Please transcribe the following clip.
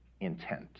intent